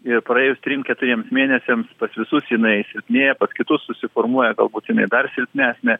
i praėjus trim keturiems mėnesiams pas visus jinai silpnėja pas kitus susiformuoja galbūt dar silpnesnė